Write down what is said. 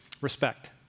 Respect